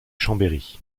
chambéry